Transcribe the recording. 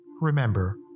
Remember